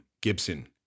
Gibson